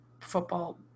football